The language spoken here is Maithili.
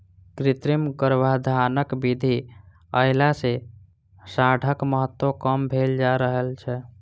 कृत्रिम गर्भाधानक विधि अयला सॅ साँढ़क महत्त्व कम भेल जा रहल छै